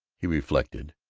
he reflected,